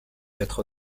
être